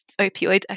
opioid